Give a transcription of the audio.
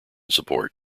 support